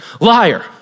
Liar